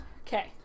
Okay